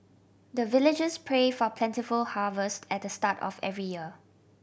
the villagers pray for plentiful harvest at the start of every year